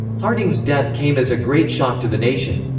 harding's death came as a great shock to the nation.